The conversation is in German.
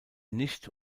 nicht